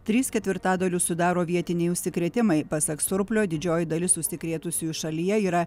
tris ketvirtadalius sudaro vietiniai užsikrėtimai pasak surplio didžioji dalis užsikrėtusiųjų šalyje yra